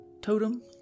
totem